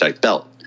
belt